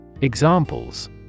Examples